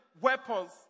weapons